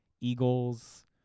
Eagles